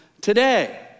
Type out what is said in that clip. today